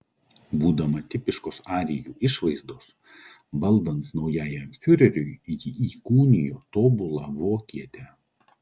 būdama tipiškos arijų išvaizdos valdant naujajam fiureriui ji įkūnijo tobulą vokietę